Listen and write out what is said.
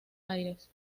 aires